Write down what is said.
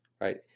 Right